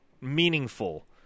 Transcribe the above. meaningful